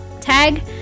tag